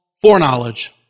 foreknowledge